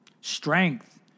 strength